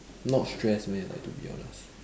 not stress meh like to be honest